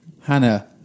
Hannah